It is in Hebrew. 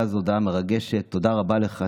ואז הודעה מרגשת: תודה רבה לך.